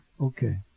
Okay